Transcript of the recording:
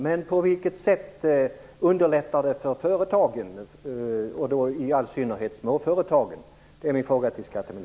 Men på vilket sätt underlättar det för företagen, och då i all synnerhet småföretagen?